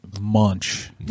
munch